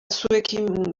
zuekin